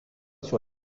sur